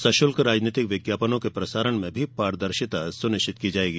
सशुल्क राजनीतिक विज्ञापनों के प्रसारण में भी पारदर्शिता सुनिश्चित की जाएगी